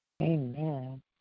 Amen